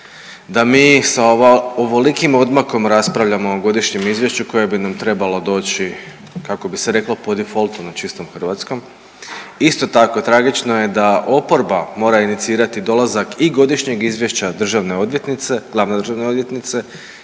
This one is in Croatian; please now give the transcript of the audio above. da mi sa ovolikim odmakom raspravljamo o godišnjem izvješću koja bi nam trebala doći kako bi se reklo po defaultu na čistom hrvatskom. Isto tako tragično je da oporba mora inicirati dolazak i godišnjeg izvješća državne odvjetnice,